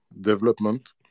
development